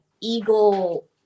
Eagle